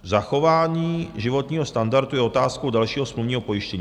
Zachování životního standardu je otázkou dalšího smluvního pojištění.